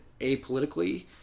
apolitically